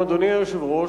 אדוני היושב-ראש,